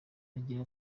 agira